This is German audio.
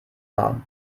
war